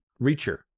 Reacher